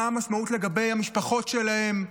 מה המשמעות לגבי המשפחות שלהם?